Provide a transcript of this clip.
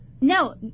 No